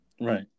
Right